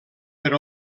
per